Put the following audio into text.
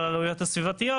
על העלויות הסביבתיות,